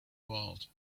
world